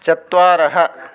चत्वारः